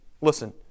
Listen